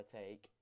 take